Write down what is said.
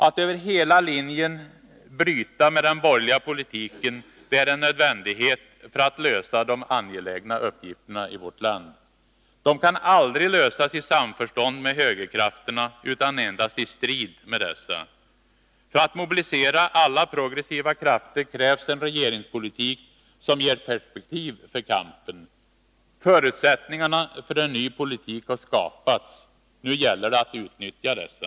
Att över hela linjen bryta med den borgerliga politiken är en nödvändighet för att man skall kunna lösa de angelägna uppgifterna i vårt land. De kan aldrig lösas i samförstånd med högerkrafterna, utan endast i strid med dessa. För att mobilisera alla progressiva krafter krävs en regeringspolitik som ger perspektiv för kampen. Förutsättningarna för en ny politik har skapats. Nu gäller det att utnyttja dessa.